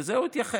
לזה הוא התייחס,